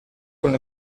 con